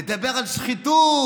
מדבר על שחיתות,